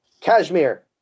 Kashmir